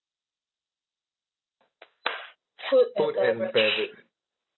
food and beverage